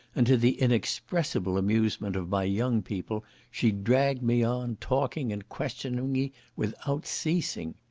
and to the inexpressible amusement of my young people, she dragged me on, talking and questioning me without ceasing.